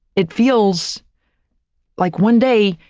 it feels like one day,